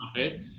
Okay